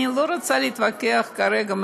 אני לא רוצה להתווכח כרגע,